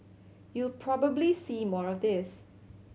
you'll probably see more of this